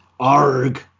arg